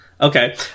Okay